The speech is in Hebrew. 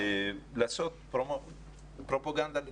לעשות פרופגנדה מדימונה.